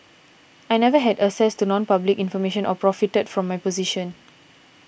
I never had access to nonpublic information or profited from my position